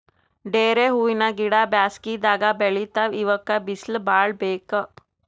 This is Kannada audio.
ಡೇರೆ ಹೂವಿನ ಗಿಡ ಬ್ಯಾಸಗಿದಾಗ್ ಬೆಳಿತಾವ್ ಇವಕ್ಕ್ ಬಿಸಿಲ್ ಭಾಳ್ ಬೇಕ್